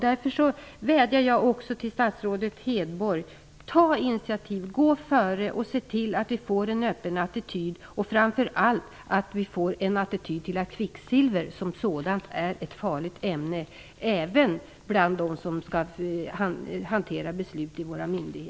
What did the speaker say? Därför vill jag uppmana statsrådet Hedborg: Ta initiativ, gå före och se till att vi får en öppen attityd och framför allt att även de som skall fatta beslut vid våra myndigheter intar attityden att kvicksilver är ett farligt ämne.